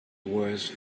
worse